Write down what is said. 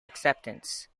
acceptance